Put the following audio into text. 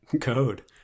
code